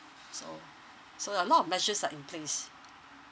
so so a lot of measures are in place